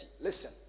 Listen